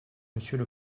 monsieur